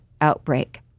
outbreak